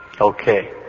Okay